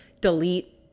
delete